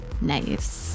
Nice